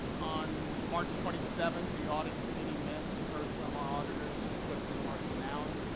on march twenty seven, the audit committee met and heard from our auditors, cliftonlarsonallen,